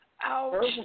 Ouch